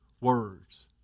words